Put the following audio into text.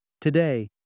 Today